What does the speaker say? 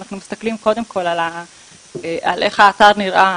שאנחנו מסתכלים קודם כל על איך האתר נראה,